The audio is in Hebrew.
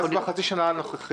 ואז מה בחצי השנה הנוכחית?